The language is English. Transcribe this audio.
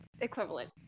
equivalent